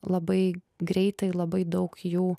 labai greitai labai daug jų